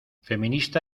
feminista